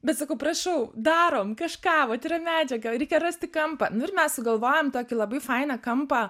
bet sakau prašau darom kažką vat yra medžiaga reikia rasti kampą nu ir mes sugalvojom tokį labai fainą kampą